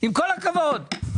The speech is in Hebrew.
ועדת הכספים.